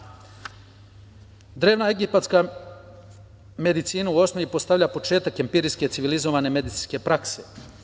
Drevna egipatska medicina u osnovi postavlja početak empirijske civilizovane medicinske prakse.